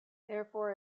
therefore